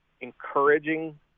encouraging